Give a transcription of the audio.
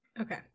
okay